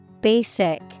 Basic